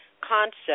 concept